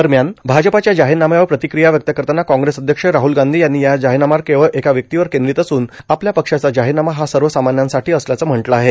दरम्यान भाजपाच्या जाहीरनाम्यावर प्रतिक्रिया व्यक्त करताना काँग्रेस अध्यक्ष राहल गांधी यांनी हा जाहीरनामा केवळ एका व्यक्तिवर केंद्रीत असून आपल्या पक्षाचा जाहीरनामा हा सर्वसामान्यांसाठी असल्याचं म्हटलं आहे